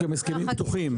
יש הסכמים פתוחים,